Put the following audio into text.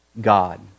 God